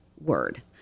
word